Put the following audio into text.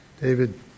David